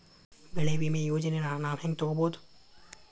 ಬೆಳಿ ವಿಮೆ ಯೋಜನೆನ ನಾವ್ ಹೆಂಗ್ ತೊಗೊಬೋದ್?